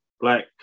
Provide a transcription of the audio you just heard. black